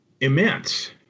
immense